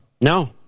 No